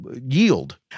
yield